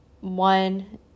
one